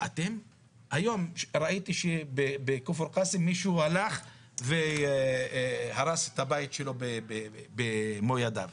היום ראיתי שבכפר קאסם מישהו הלך והרס את הבית שלו במו ידיו.